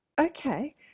Okay